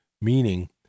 meaning